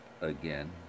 again